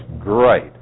great